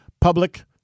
public